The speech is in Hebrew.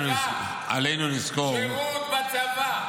שירות בצבא.